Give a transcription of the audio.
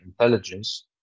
intelligence